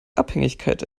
abhängigkeit